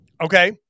Okay